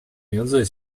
名字